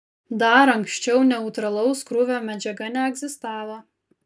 dar anksčiau neutralaus krūvio medžiaga neegzistavo